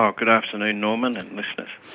um good afternoon norman and listeners.